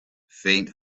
faint